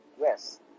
Yes